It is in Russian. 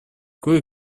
кое